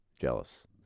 jealous